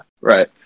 right